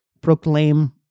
proclaim